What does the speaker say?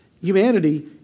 humanity